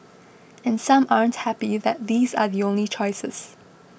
and some aren't happy that these are the only choices